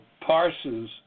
parses